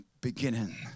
beginning